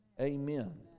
Amen